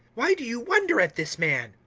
why do you wonder at this man?